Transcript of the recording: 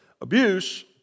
abuse